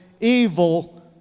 evil